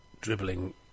dribbling